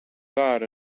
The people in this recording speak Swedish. var